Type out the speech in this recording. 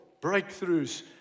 breakthroughs